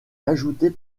ajoutés